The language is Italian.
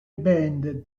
band